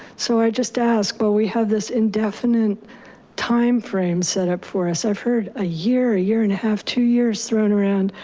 so i just asked, but, we have this indefinite timeframe set up for us. i've heard a year, a year and a half, two years thrown around.